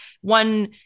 one